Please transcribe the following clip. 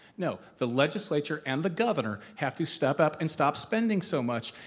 no, the legislature and the governor have to step up and stop spending so much.